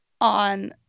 on